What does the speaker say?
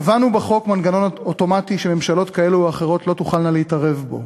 קבענו בחוק מנגנון אוטומטי שממשלות כאלה או אחרות לא תוכלנה להתערב בו.